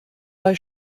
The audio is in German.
bei